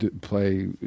play